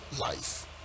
life